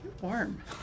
Warm